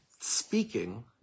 speaking